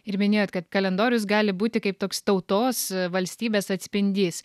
ir minėjot kad kalendorius gali būti kaip toks tautos valstybės atspindys